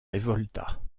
révolta